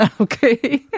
Okay